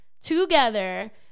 together